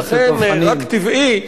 ולכן רק טבעי,